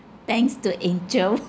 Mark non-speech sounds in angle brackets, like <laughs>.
thanks to angel <laughs>